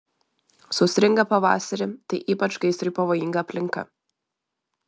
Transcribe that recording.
sausringą pavasarį tai ypač gaisrui pavojinga aplinka